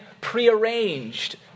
prearranged